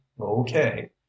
Okay